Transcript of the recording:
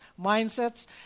mindsets